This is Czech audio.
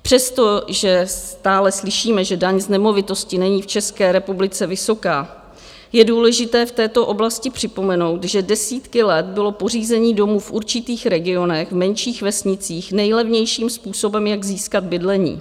Přesto, že stále slyšíme, že daň z nemovitosti není v České republice vysoká, je důležité v této oblasti připomenout, že desítky let bylo pořízení domu v určitých regionech, v menších vesnicích nejlevnějším způsobem, jak získat bydlení.